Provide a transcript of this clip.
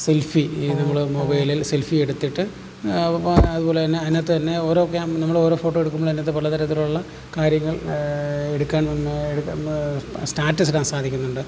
selfie നമ്മൾ മൊബൈലിൽ selfie എടുത്തിട്ട് അതുപോലെതന്നെ അതിനകത്ത് തന്നെ ഓരോ ക്യാം നമ്മളോരോ ഫോട്ടോ എടുക്കുമ്പോഴും അതിനകത്തെ പല തരത്തിലുള്ള കാര്യങ്ങൾ എടുക്കാൻ പിന്നേ എടുക്കാൻ സ്റ്റാറ്റസിടാൻ സാധിക്കുന്നുണ്ട്